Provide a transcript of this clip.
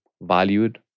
valued